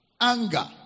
anger